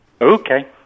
Okay